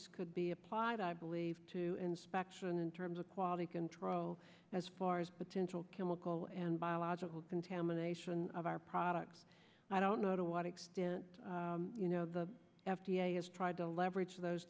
methodology could be applied i believe to inspection in terms of quality control as far as potential chemical and biological contamination of our products i don't know to what extent you know the f d a has tried to leverage those